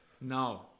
no